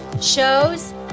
shows